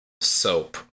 Soap